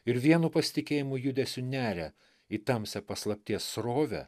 ir vienu pasitikėjimo judesiu neria į tamsią paslapties srovę